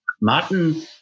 Martin